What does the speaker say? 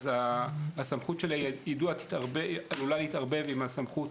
אז הסמכות של היידוע עלולה להתערבב עם הסמכות